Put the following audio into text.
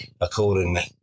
accordingly